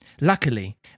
Luckily